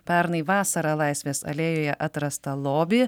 pernai vasarą laisvės alėjoje atrastą lobį